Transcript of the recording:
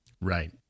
right